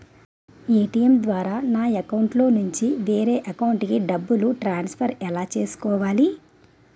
ATM ద్వారా నా అకౌంట్లోనుంచి వేరే అకౌంట్ కి డబ్బులు ట్రాన్సఫర్ ఎలా చేసుకోవాలి?